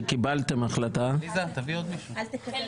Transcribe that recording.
כשקיבלתם החלטה --- אלקין,